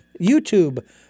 YouTube